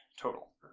total